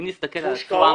אם נסתכל --- שר העבודה,